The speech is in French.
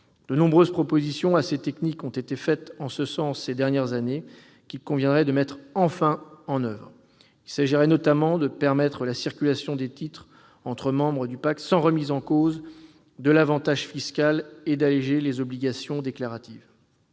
De nombreuses propositions techniques ont été formulées en ce sens ces dernières années, qu'il conviendrait de mettre enfin en oeuvre. Il s'agirait notamment de permettre la circulation des titres entre membres du pacte, sans remise en cause de l'avantage fiscal, et d'alléger les obligations déclaratives.